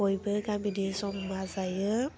बयबो गामिनि ज'मा जायो